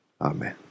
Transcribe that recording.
Amen